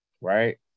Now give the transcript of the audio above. right